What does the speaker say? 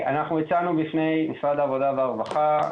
אנחנו הצענו בפני משרד העבודה והרווחה,